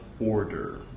order